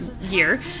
year